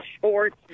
shorts